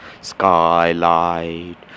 skylight